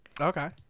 Okay